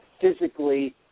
physically